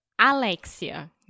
Alexia